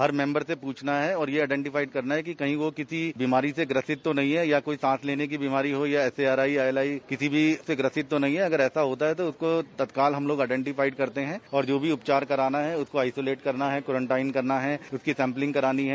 हर member से पूछना है और यह आईडेन्टिवफाइव करना है कि कहीं वो किसी बीमारी से ग्रसित तो नहीं है या कोई सांस लेने की बीमारी हो या एसआरआईया एल आई किसी भी ग्रसित तो नहीं है अगर ऐसा होता है तो उसको तत्काल उसको आईडेन्टिवफाइव करते है ओर जो भी उपचार कराना है उसको आईसोलेट करना है क्वारेंटाइन करनी है उनकी सैम्पिलिंग करानी है